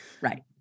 right